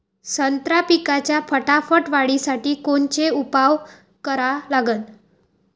संत्रा पिकाच्या फटाफट वाढीसाठी कोनचे उपाव करा लागन?